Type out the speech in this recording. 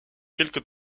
quelques